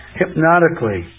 hypnotically